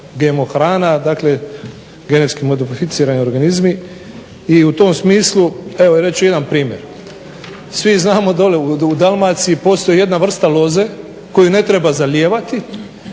GMO hrana, dakle genetski modificirani organizmi i u tom smislu evo reći ću jedan primjer. Svi znamo dole u Dalmaciji postoji jedna vrsta loze koju ne treba zalijevati,